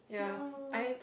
no